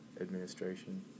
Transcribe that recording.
administration